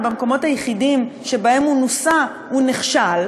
ובמקומות היחידים שבהם הוא נוסה הוא נכשל,